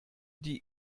die